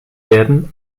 werden